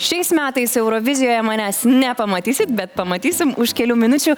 šiais metais eurovizijoje manęs nepamatysit bet pamatysim už kelių minučių